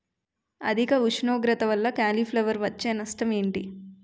అధిక ఉష్ణోగ్రత వల్ల కాలీఫ్లవర్ వచ్చే నష్టం ఏంటి?